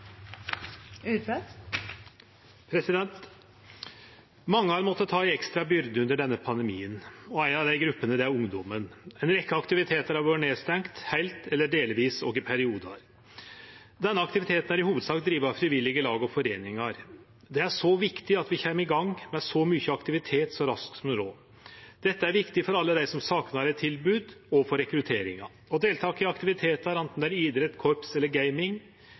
Mange har måtta ta ei ekstra byrde under denne pandemien, og ei av dei gruppene er ungdomen. Ei rekkje aktivitetar har vore nedstengde heilt eller delvis òg i periodar. Denne aktiviteten er i hovudsak driven av frivillige lag og foreiningar. Det er viktig at vi kjem i gang med mykje aktivitet så raskt som råd. Dette er viktig for alle dei som saknar eit tilbod, og for rekrutteringa. Å deltake i aktivitetar, anten det er idrett, korps eller gaming,